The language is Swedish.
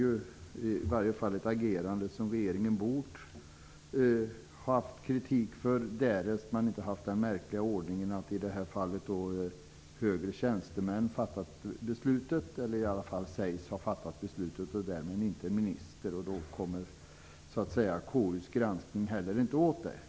Det är ett agerande som regeringen borde ha fått kritik för därest man inte haft den märkliga ordningen att i det här fallet, då högre tjänstemän fattat beslutet, eller i varje fall sägs ha fattat beslutet, och därmed inte en minister, då konstitutionsutskottets granskning inte heller kommer åt det.